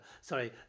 sorry